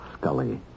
Scully